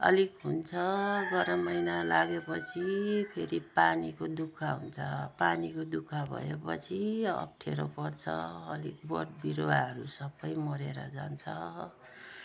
अलिक हुन्छ गरम महिना लागेपछि फेरि पानीको दुःख हुन्छ पानीको दुःख भएपछि अप्ठ्यारो पर्छ अलिक बोटबिरुवाहरू सबै मरेर जान्छ